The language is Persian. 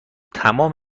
تمام